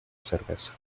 cerveza